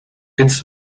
its